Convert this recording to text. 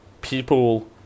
people